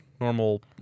normal